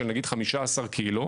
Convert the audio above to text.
נגיד של 15 קילו,